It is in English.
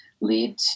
lead